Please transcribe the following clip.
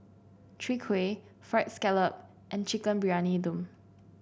Chwee Kueh Fried Scallop and Chicken Briyani Dum